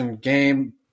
game